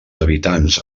habitants